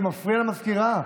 זה מפריע למזכירה.